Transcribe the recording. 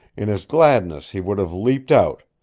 in his gladness he would have leaped out,